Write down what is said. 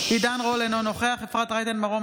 אינו נוכח אפרת רייטן מרום,